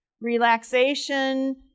relaxation